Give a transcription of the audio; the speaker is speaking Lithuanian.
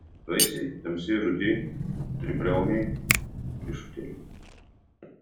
vaisiai tamsiai rudi tribriauniai riešutėliai